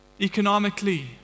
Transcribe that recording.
economically